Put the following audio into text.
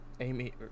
Amy